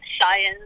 science